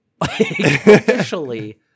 officially